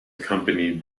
accompanied